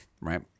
right